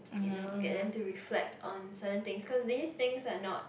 you know get them to reflect on certain thing cause least thing are not